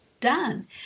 done